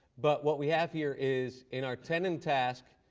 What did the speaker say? but what we have here is, in our tenon and task,